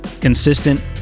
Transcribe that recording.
Consistent